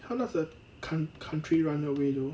how does a coun~ country run away though